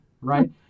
Right